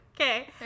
Okay